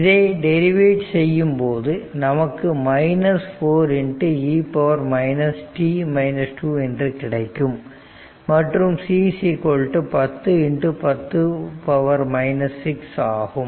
இதை டெரிவேட் செய்யும் போது நமக்கு 4e என்று கிடைக்கும் மற்றும் c 1010 6 ஆகும்